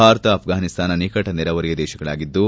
ಭಾರತ ಆಫ್ರಾನಿಸ್ತಾನ ನಿಕಟ ನೆರೆಹೊರೆಯ ದೇಶಗಳಾಗಿದ್ದು